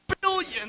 billion